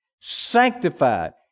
sanctified